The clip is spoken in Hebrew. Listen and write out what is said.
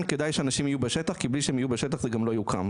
כדאי שאנשים יהיו בשטח כי בלי שהם יהיו בשטח זה גם לא יוקם.